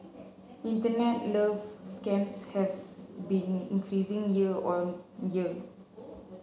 internet love scams have been increasing year on year